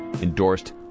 endorsed